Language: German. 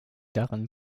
darin